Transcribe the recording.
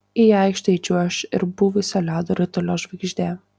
į aikštę įčiuoš ir buvusi ledo ritulio žvaigždė